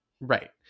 Right